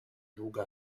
długa